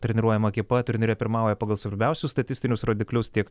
treniruojama ekipa turnyre pirmauja pagal svarbiausius statistinius rodiklius tiek